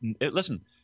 listen